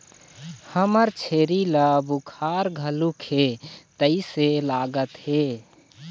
हमर छेरी ल बुखार घलोक हे तइसे लागत हे